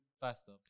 faster